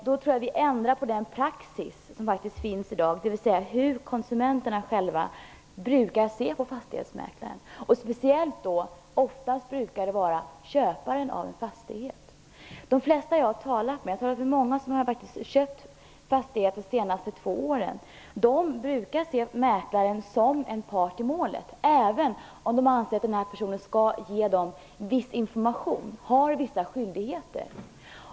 Då ändrar vi på den praxis som faktiskt finns i dag, dvs. hur konsumenterna själva brukar se på fastighetsmäklaren, och det brukar oftast gälla köparen av en fastighet. De flesta jag har talat med - och jag har talat med många som har köpt fastighet de senaste två åren - brukar se mäklaren som en part i målet, även om de anser att denna person skall ge dem viss information och har vissa skyldigheter.